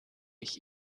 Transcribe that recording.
ich